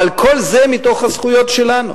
אבל כל זה מתוך הזכויות שלנו,